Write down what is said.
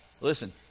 listen